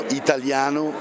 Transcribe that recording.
italiano